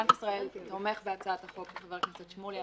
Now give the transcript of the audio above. בנק ישראל תומך בהצעת החוק של חבר הכנסת שמולי.